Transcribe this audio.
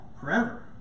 Forever